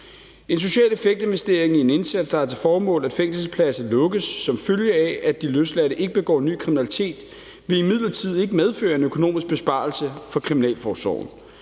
En social effekt-investering i en indsats, der har til formål, at fængselspladser lukkes, som følge af at de løsladte ikke begår ny kriminalitet, vil imidlertid ikke medføre en økonomisk besparelse for Kriminalforsorgen.